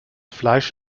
fleisch